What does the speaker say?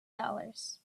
dollars